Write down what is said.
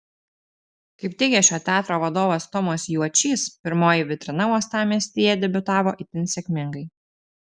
kaip teigė šio teatro vadovas tomas juočys pirmoji vitrina uostamiestyje debiutavo itin sėkmingai